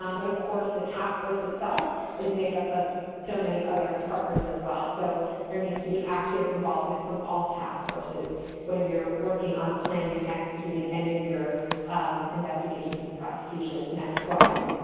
um but, of course, the task force itself is made up of so many other partners as well. so there needs to be active involvement from all task forces when you're working on planning and executing any of your investigations and prosecutions. next slide.